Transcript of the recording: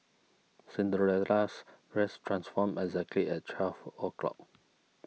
Cinderella's dress transformed exactly at twelve O' clock